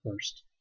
first